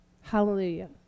Hallelujah